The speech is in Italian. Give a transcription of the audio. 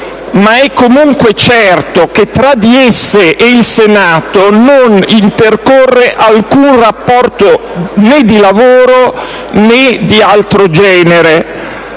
ma è comunque certo che tra di esse e il Senato non intercorre alcun rapporto, né di lavoro né di altro genere.